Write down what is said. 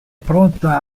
pronta